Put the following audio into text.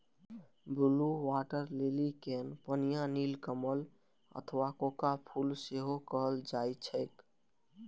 blue water lily कें पनिया नीलकमल अथवा कोका फूल सेहो कहल जाइ छैक